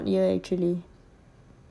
no lah not year actually